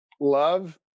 Love